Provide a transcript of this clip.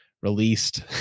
Released